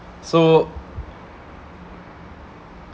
so